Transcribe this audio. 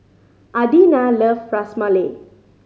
Adina loves Ras Malai